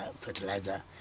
Fertilizer